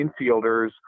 infielders